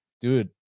dude